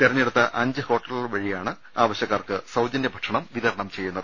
തെരഞ്ഞെടുത്ത അഞ്ച് ഹോട്ടലുകൾ വഴിയാണ് ആവശ്യക്കാർക്ക് സൌജന്യ ഭക്ഷണം വിതരണം ചെയ്യുന്നത്